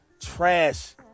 Trash